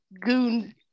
Goon